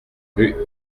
rue